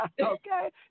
okay